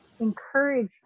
encourage